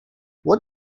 what